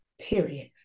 period